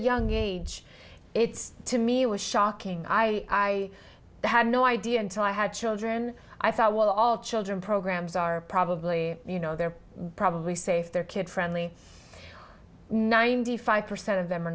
young age it's to me was shocking i had no idea until i had children i thought well all children programs are probably you know they're probably safe their kid friendly ninety five percent of them are